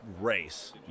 race